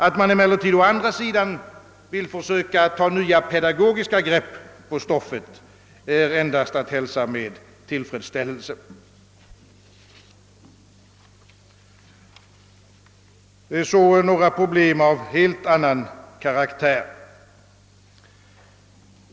Det förhållandet, att man emellertid vill försöka ta nya pedagogiska grepp på stoffet, är endast att hälsa med tillfredsställelse. Jag vill sedan beröra några problem av helt annan karaktär.